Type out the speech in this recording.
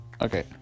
Okay